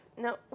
No